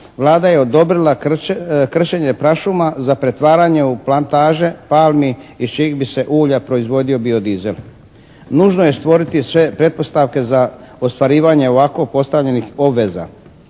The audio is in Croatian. Vlada je odobrila krčenje prašuma za pretvaranje u plantaže palmi iz čijih bi se ulja proizvodio bio dizel. Nužno je stvoriti sve pretpostavke za ostvarivanje ovako postavljenih obveza